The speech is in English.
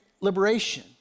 liberation